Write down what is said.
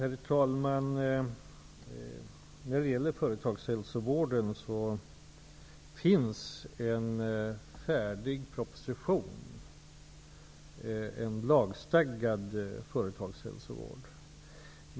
Herr talman! När det gäller företagshälsovården finns det en färdig proposition om en lagstadgad företagshälsovård.